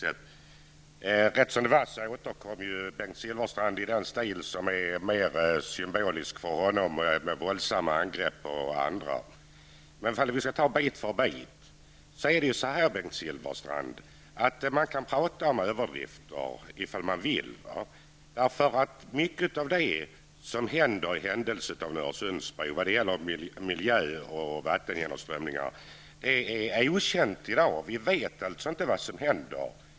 Men rätt som det var återföll Bengt Silfverstrand i en stil som är mer symbolisk för honom, med våldsamma angrepp på andra. Låt mig ta det bit för bit. Man kan prata om överdrifter om man vill. Mycket av det som händer när det gäller miljön, vattengenomströmningen osv. om man uppför en Öresundsbro är i dag okänt. Vi vet alltså inte vad som händer.